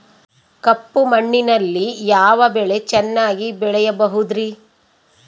ಕಪ್ಪು ಮಣ್ಣಿನಲ್ಲಿ ಯಾವ ಬೆಳೆ ಚೆನ್ನಾಗಿ ಬೆಳೆಯಬಹುದ್ರಿ?